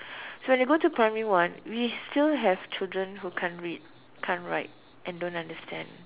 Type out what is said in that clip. so they go to primary one we still have children who can't read can't write and don't understand